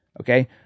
Okay